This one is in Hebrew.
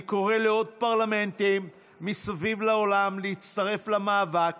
אני קורא לעוד פרלמנטים מסביב לעולם להצטרף למאבק